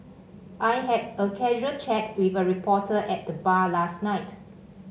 I had a casual chat with a reporter at the bar last night